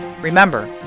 Remember